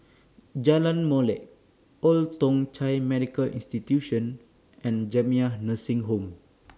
Jalan Molek Old Thong Chai Medical Institution and Jamiyah Nursing Home